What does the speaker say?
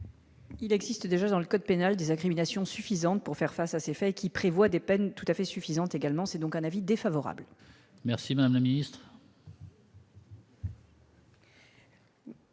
Il existe déjà dans le code pénal des accréditations suffisantes pour faire face à ces faits, qui prévoit des peines tout à fait suffisante également, c'est donc un avis défavorable. Merci madame la ministre.